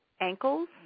ankles